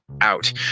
out